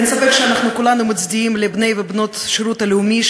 אין ספק שכולנו מצדיעים לבני ובנות השירות הלאומי,